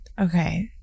Okay